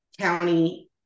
county